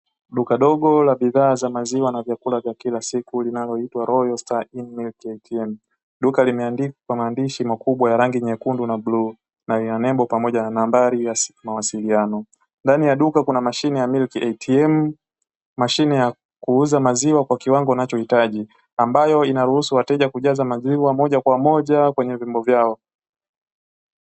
Duka dogo la bidhaa za maziwa na vyakula vya kila siku linaloitwa "ROYAL STARINN" "milk ATM", duka limeandikwa kwa maandishi makubwa ya rangi nyekundu na blue na yenye nembo pamoja na nambari ya simu ya mawasiliano. Ndani ya duka kuna mashine ya "milk ATM", mashine ya kuuza maziwa kwa kiwango unachohitaji ambayo inaruhusu wateja kujaza maziwa moja kwa moja kwenye vyombo vyao.